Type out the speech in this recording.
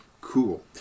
Cool